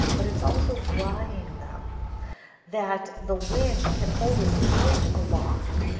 but it is also drying them that the wind can hold his kite aloft,